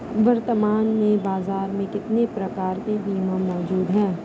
वर्तमान में बाज़ार में कितने प्रकार के बीमा मौजूद हैं?